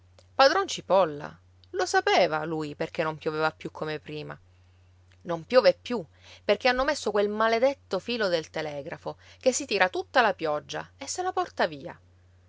padron cipolla lo sapeva lui perché non pioveva più come prima non piove più perché hanno messo quel maledetto filo del telegrafo che si tira tutta la pioggia e se la porta via